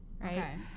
right